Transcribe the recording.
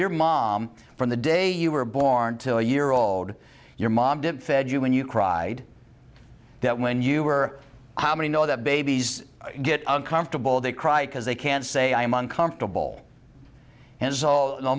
your mom from the day you were born to a year old your mom didn't fed you when you cried that when you were how many know that babies get uncomfortable they cry because they can't say i'm uncomfortable and